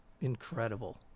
incredible